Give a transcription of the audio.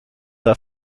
der